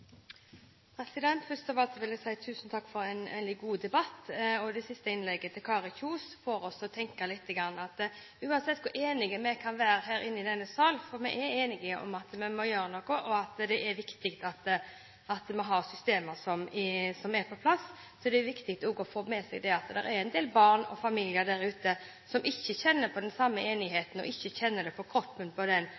Først av alt vil jeg si tusen takk for en veldig god debatt. Det siste innlegget til Kari Kjønaas Kjos får oss til å tenke litt. Uansett hvor enige vi kan være her i denne salen – for vi er enige om at vi må gjøre noe, og at det er viktig at vi har systemer på plass – er det viktig å få med seg at det er en del barn og familier der ute som ikke kjenner på den samme